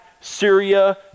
Syria